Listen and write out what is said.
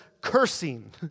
cursing